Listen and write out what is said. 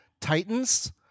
Titans